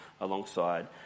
alongside